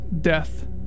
Death